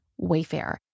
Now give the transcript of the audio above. Wayfair